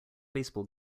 baseball